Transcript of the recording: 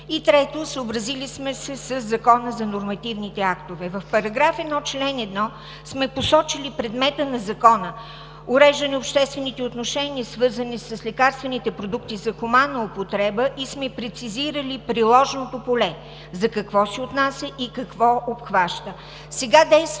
Трето, съобразили сме се със Закона за нормативните актове. В § 1, чл. 1 сме посочили предмета на Закона – уреждане обществените отношения, свързани с лекарствените продукти за хуманна употреба, и сме прецизирали приложното поле – за какво се отнася и какво обхваща? Сега действащият